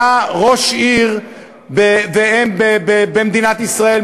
היה ראש עיר ואם במדינת ישראל,